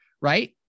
right